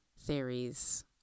theories